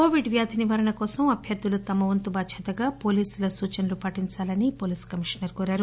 Covid వ్యాధి నివారణకోసంఅభ్యర్థులు తమ వంతు భాధ్యతగా పోలీసుల సూచనలను పాటించాలని పోలీస్ కమిషనర్ కోరారు